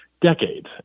decades